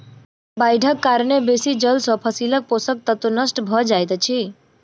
बाइढ़क कारणेँ बेसी जल सॅ फसीलक पोषक तत्व नष्ट भअ जाइत अछि